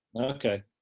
okay